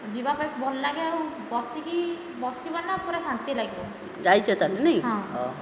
ଯିବାପାଇଁ ଭଲ ଲାଗେ ଆଉ ବସିକି ବସିବନା ପୂରା ଶାନ୍ତି ଲାଗିବ ଯାଇଛ ତାହେଲେ ନାଇ ହଁ